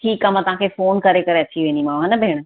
ठीकु आहे मां तव्हांखे फोन करे करे अची वेंदीमाव हा न भेण